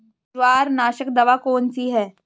जवार नाशक दवा कौन सी है?